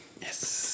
Yes